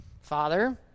father